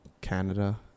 Canada